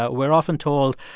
ah we're often told,